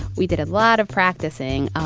we did a lot of practicing,